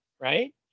right